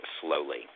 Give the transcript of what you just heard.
slowly